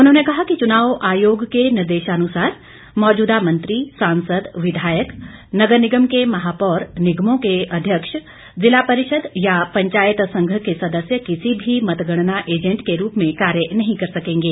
उन्होंने कहा कि चुनाव आयोग के निर्देशानुसार मौजूदा मंत्री सांसद विधायक नगर निगम के महापौर निगमों के अध्यक्ष ज़िला परिषद् या पंचायत संघ के सदस्य किसी भी मतगणना एजेंट के रूप में कार्य नहीं कर सकेंगे